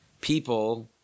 people